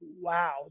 wow